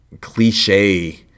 cliche